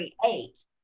create